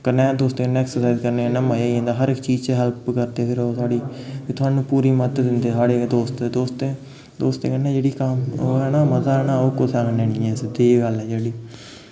कन्नै दोस्तें नै ऐक्सर्साइज करने कन्नै मजा आई जंदा हर इक चीज च हैल्प करदे फिर ओह् साढ़ी फ्ही थुहानूं पूरी मदद दिंदे थुआढ़े दोस्त दोस्तें कन्नै जेह्ड़ी ओह् ऐ ना मजा ऐ ना ओह् कुसै कन्नै निं ऐ सिद्धी जेही गल्ल ऐ जेह्ड़ी